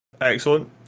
Excellent